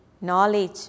knowledge